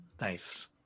Nice